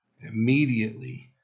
immediately